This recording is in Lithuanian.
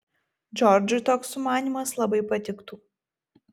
džordžui toks sumanymas labai patiktų